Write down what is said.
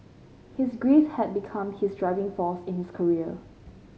his grief had become his driving force in his career